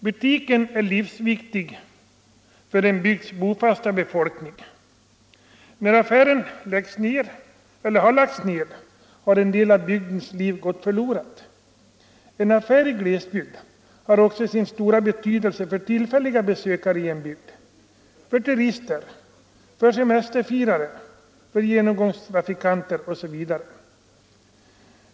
Butiken är livsviktig för en bygds bofasta befolkning. När en affär lagts ned har en del av en bygds liv gått förlorad. En affär i glesbygd har också sin stora betydelse för tillfälliga besökare i bygden: turister, semesterfirare, genomfartstrafikanter osv.